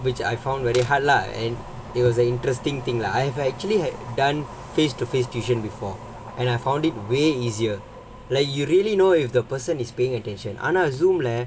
which I found very hard lah and it was an interesting thing like I've actually had done face to face tuition before and I found it way easier like you really know if the person is paying attention on a Zoom leh